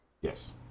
Yes